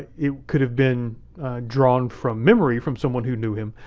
it could've been drawn from memory from someone who knew him,